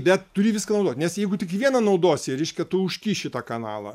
bet turi viską naudot nes jeigu tik vieną naudosi reiškia tu užkiši tą kanalą